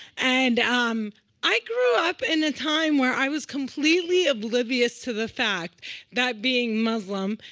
and um i grew up in a time where i was completely oblivious to the fact that being muslim,